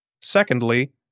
Secondly